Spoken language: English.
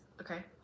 okay